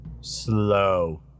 slow